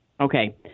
Okay